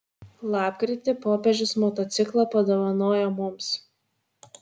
lapkritį popiežius motociklą padovanojo mums